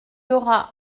aura